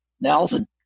Nelson